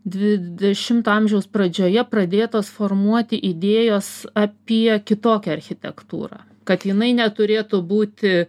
dvidešimto amžiaus pradžioje pradėtos formuoti idėjos apie kitokią architektūrą kad jinai neturėtų būti